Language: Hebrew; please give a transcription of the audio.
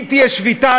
אם תהיה שביתה,